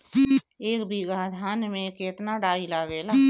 एक बीगहा धान में केतना डाई लागेला?